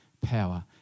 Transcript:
power